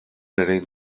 erein